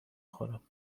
خورم